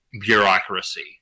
bureaucracy